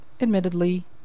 admittedly